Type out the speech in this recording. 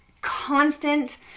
constant